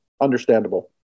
understandable